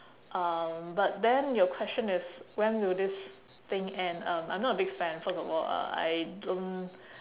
um but then your question is when will this thing end um I'm not a big fan first of all uh I don't